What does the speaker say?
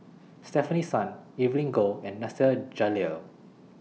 Stefanie Sun Evelyn Goh and Nasir Jalil